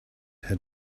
had